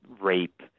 rape